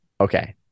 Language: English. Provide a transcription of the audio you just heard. Okay